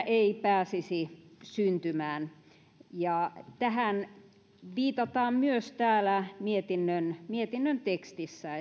ei pääsisi syntymään tähän viitataan myös täällä mietinnön tekstissä